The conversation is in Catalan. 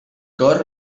cor